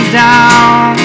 down